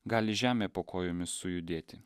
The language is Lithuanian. gali žemė po kojomis sujudėti